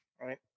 Right